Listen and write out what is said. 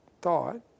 thought